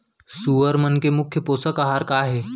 सुअर मन के मुख्य पोसक आहार का हे?